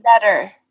better